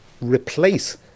replace